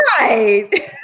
right